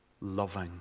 loving